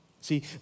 See